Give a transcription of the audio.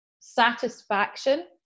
satisfaction